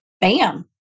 bam